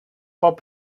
pot